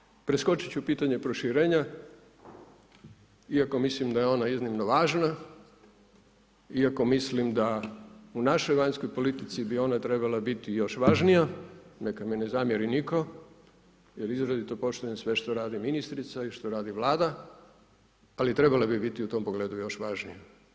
Što se tiče, preskočiti ću pitanje proširenja, iako mislim da je ona iznimno važna, iako mislim da u našoj vanjskoj politici bi ona trebala biti još važnija, neka mi ne zamjeri nitko jer izrazito poštujem sve što radi ministrica i što radi Vlada ali trebala bi biti u tom pogledu još važnija.